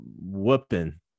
whooping